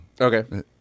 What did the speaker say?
Okay